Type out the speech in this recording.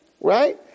right